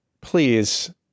please